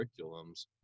curriculums